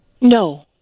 No